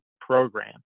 program